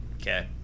Okay